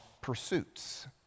pursuits